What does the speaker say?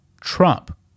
Trump